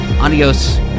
Adios